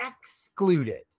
excluded